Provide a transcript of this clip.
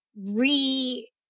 re